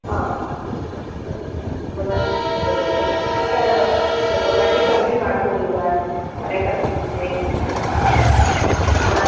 ಹಾಂ ಒಡವೆ ಬಿಡುಸ್ಕೊಬೋದಾ ಸರ್ ಸರ್ ಸ್ವಲ್ಪ ಬಡ್ಡಿ ಕಮ್ಮಿ ಮಾಡ್ಕೊಡಿ ಸಾರ್ ಮನೆ ಕಟ್ತಿದ್ದೀವಿ